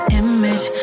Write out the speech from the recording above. image